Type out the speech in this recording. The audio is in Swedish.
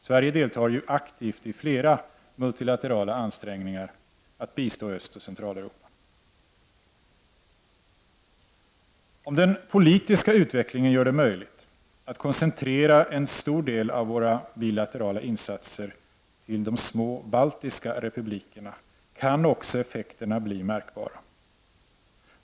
Sverige deltar ju aktivt i flera multilaterala ansträngningar att bistå Östoch Centraleuropa. Om den politiska utvecklingen gör det möjligt att koncentrera en stor del av våra bilaterala insatser till de små baltiska republikerna, kan också effekterna bli märkbara.